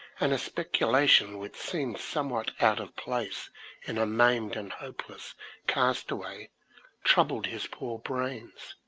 and a speculation which seemed somewhat out of place in a maimed and hopeless castaway troubled his poor brains.